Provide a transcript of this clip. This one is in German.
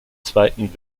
zweiten